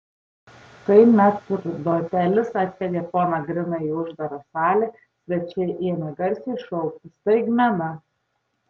kai metrdotelis atvedė poną griną į uždarą salę svečiai ėmė garsiai šaukti staigmena